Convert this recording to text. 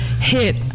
hit